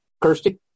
kirsty